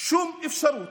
שום אפשרות